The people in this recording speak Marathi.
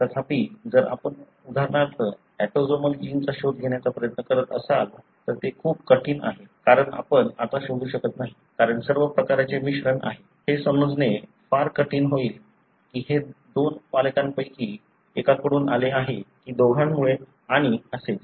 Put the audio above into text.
तथापि जर आपण उदाहरणार्थ ऑटोसोमल जीनचा शोध घेण्याचा प्रयत्न करत असाल तर ते खूप कठीण आहे कारण आपण आता शोधू शकत नाही कारण सर्व प्रकारचे मिश्रण आहे हे समजणे फार कठीण होईल की हे दोन पालकांपैकी एकाकडून आले आहे की दोघांमुळे आणि असेच